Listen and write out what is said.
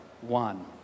one